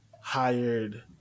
hired